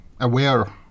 aware